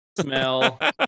smell